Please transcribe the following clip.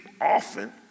often